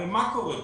הרי, מה קורה פה?